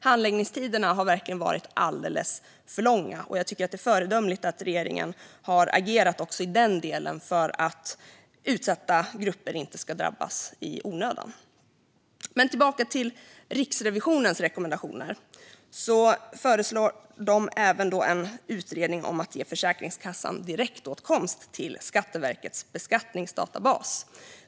Handläggningstiderna har verkligen varit alldeles för långa, och jag tycker att det är föredömligt att regeringen har agerat också i denna del för att utsatta grupper inte ska drabbas i onödan. För att återgå till Riksrevisionens rekommendationer föreslår de även en utredning om att ge Försäkringskassan direktåtkomst till Skatteverkets beskattningsdatabas.